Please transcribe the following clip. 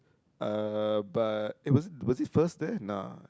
uh but eh was it was it first there nah